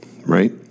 right